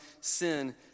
sin